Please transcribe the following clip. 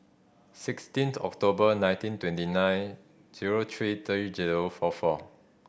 sixteenth October nineteen twenty nine zero three three zero four four